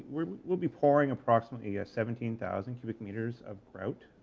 we will be pouring approximately yeah seventeen thousand cubic meters of grout.